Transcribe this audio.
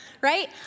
right